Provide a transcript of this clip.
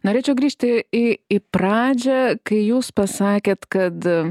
norėčiau grįžti į į pradžią kai jūs pasakėt kad